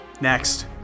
Next